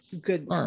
good